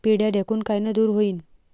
पिढ्या ढेकूण कायनं दूर होईन?